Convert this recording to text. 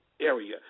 area